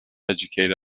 educate